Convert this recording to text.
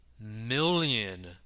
million